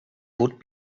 would